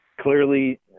Clearly